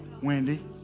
Wendy